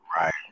Right